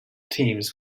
teams